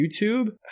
YouTube